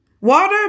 Water